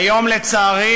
היום הזה, לצערי,